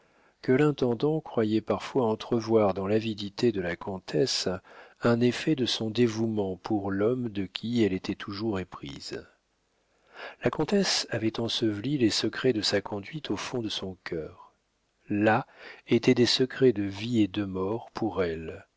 que l'intendant croyait parfois entrevoir dans l'avidité de la comtesse un effet de son dévouement pour l'homme de qui elle était toujours éprise la comtesse avait enseveli les secrets de sa conduite au fond de son cœur là étaient des secrets de vie et de mort pour elle